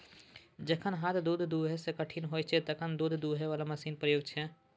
जखन हाथसँ दुध दुहब कठिन होइ छै तखन दुध दुहय बला मशीनक प्रयोग होइ छै